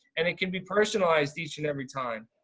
and it can be personalized each and every time.